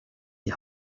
die